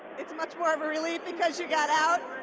it's much more of a relief because you got out?